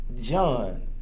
John